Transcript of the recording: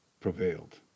prevailed